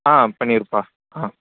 ஆ பண்ணியிருப்பா ஆ